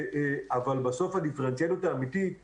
אבל בסוף הדיפרנציאליות האמיתית היא